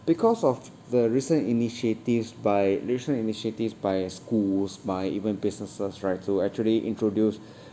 because of the recent initiatives by recent initiatives by schools by even businesses right to actually introduce